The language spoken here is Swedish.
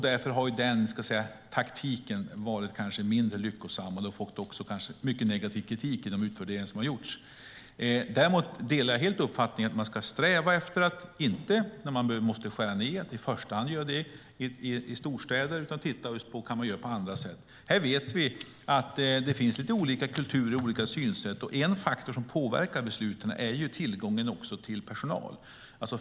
Därför har den taktiken kanske varit mindre lyckosam. Den har också fått mycket negativ kritik i de utvärderingar som gjorts. Däremot delar jag helt uppfattningen att man vid behov av nedskärningar ska titta på om man kan göra på andra sätt och sträva efter att inte i första hand gynna storstäderna. Här vet vi att det finns lite olika kulturer och synsätt. En faktor som påverkar besluten är tillgången till personal.